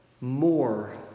more